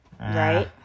right